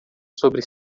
sobre